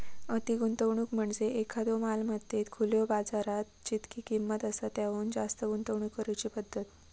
अति गुंतवणूक म्हणजे एखाद्यो मालमत्तेत खुल्यो बाजारात जितकी किंमत आसा त्याहुन जास्त गुंतवणूक करुची पद्धत